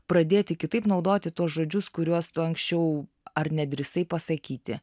pradėti kitaip naudoti tuos žodžius kuriuos tu anksčiau ar nedrįsai pasakyti